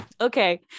Okay